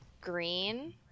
green